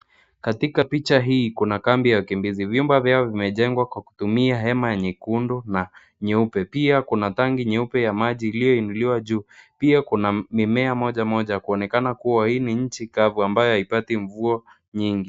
Katika picha hii kuna kambi ya wakimbizi. Vyumba vyao vimejengwa kwa kutumia hema nyekundu na nyeupe. Pia kuna tangi nyuepe ya maji iliyoinuliwa juu. Pia kuna mimea moja moja kuonekana kua hii ni nchi kavuu ambayo haipati mvua nyingi.